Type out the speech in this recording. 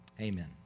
amen